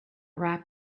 rap